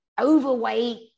overweight